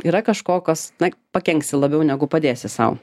yra kažko kas na pakenksi labiau negu padėsi sau